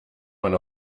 man